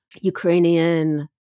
Ukrainian